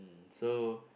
so